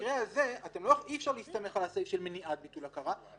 במקרה הזה אי-אפשר להסתמך על הסעיף של מניעת ביטול הכרה,